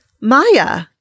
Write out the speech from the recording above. Maya